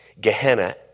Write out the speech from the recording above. Gehenna